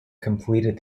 completed